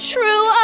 True